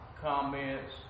comments